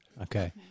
Okay